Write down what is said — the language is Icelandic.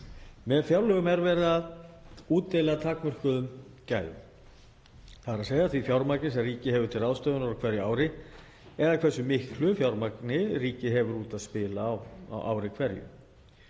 Með fjárlögum er verið að útdeila takmörkuðum gæðum, þ.e. því fjármagni sem ríkið hefur til ráðstöfunar á hverju ári eða hversu miklu fjármagni ríkið hefur úr að spila á ári hverju.